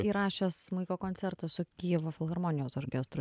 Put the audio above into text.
įrašęs smuiko koncertą su kijevo filharmonijos orkestru